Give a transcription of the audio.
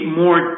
more